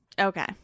okay